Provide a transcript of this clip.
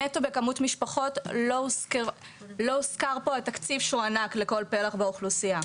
נטו בכמות משפחות לא הוזכר פה התקציב שהוענק לכל פלח באוכלוסייה,